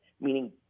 meaning